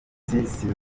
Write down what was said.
sinavuga